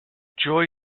joy